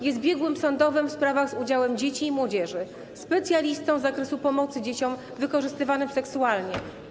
Jest biegłym sądowym w sprawach z udziałem dzieci i młodzieży, specjalistą z zakresu pomocy dzieciom wykorzystywanym seksualnie.